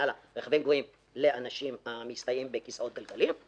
לרכבים גבוהים לאנשים המסתייעים בכיסאות גלגלים,